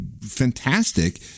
fantastic